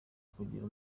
kugira